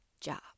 job